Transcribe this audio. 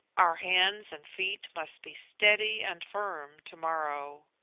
our hands and feet must be steady and firm tomorrow.